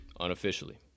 unofficially